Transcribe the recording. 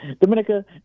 Dominica